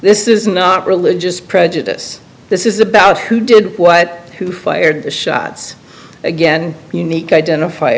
this is not religious prejudice this is about who did what who fired the shots again unique identif